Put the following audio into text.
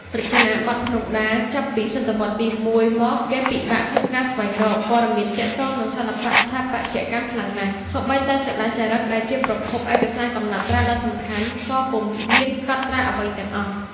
រចនាបថភ្នំដា ចាប់ពីសតវត្សទី ១ មកគេពិបាកក្នុងការស្វែងរក ព័ត៌មានទាក់ទងនឹងសិល្បៈស្ថាបត្យកម្មខ្លាំងណាស់ សូម្បីតែសិលាចារឹកដែលជាប្រភព ឯកសារកំណត់ត្រាដ៏សំខាន់ ក៏ពុំមានកត់ត្រាអ្វីទាំងអស់។